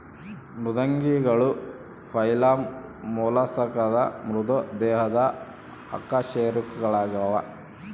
ಮೃದ್ವಂಗಿಗಳು ಫೈಲಮ್ ಮೊಲಸ್ಕಾದ ಮೃದು ದೇಹದ ಅಕಶೇರುಕಗಳಾಗ್ಯವ